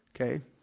Okay